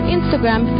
Instagram